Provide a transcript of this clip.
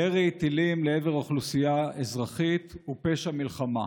ירי טילים לעבר אוכלוסייה אזרחית הוא פשע מלחמה,